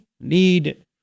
need